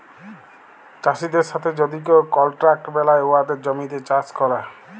চাষীদের সাথে যদি কেউ কলট্রাক্ট বেলায় উয়াদের জমিতে চাষ ক্যরে